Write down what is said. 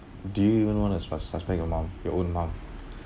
do you even want to sus~ suspect your mom your own mom